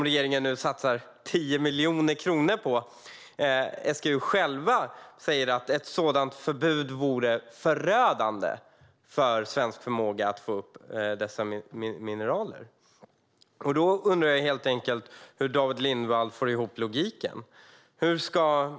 Regeringen satsar nu 10 miljoner kronor på SGU, men SGU själv säger att ett sådant förbud vore förödande för svensk förmåga att bryta dessa mineraler. Då undrar jag helt enkelt hur David Lindvall får ihop logiken.